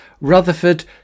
Rutherford